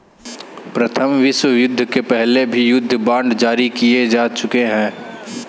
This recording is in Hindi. प्रथम विश्वयुद्ध के पहले भी युद्ध बांड जारी किए जा चुके हैं